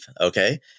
Okay